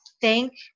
Thank